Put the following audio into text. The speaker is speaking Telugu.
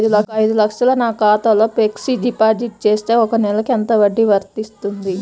ఒక ఐదు లక్షలు నా ఖాతాలో ఫ్లెక్సీ డిపాజిట్ చేస్తే ఒక నెలకి ఎంత వడ్డీ వర్తిస్తుంది?